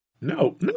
No